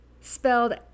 spelled